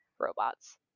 robots